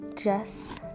Jess